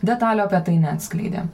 detalių apie tai neatskleidė